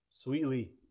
sweetly